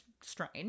strange